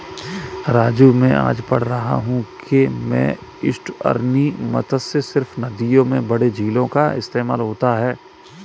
राजू मैं आज पढ़ रहा था कि में एस्टुअरीन मत्स्य सिर्फ नदियों और बड़े झीलों का इस्तेमाल होता है